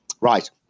Right